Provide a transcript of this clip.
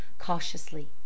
cautiously